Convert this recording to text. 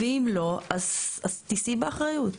ואם לא, אז תשאי באחריות.